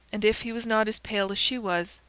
and if he was not as pale as she was,